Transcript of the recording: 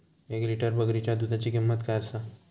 एक लिटर बकरीच्या दुधाची किंमत काय आसा?